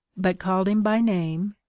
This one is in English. but called him by name,